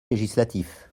législatif